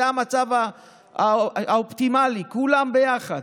זה המצב האופטימלי, כולם ביחד.